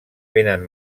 vénen